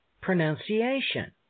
pronunciation